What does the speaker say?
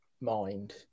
mind